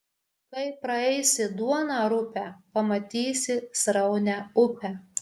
kai praeisi duoną rupią pamatysi sraunią upę